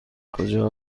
کجا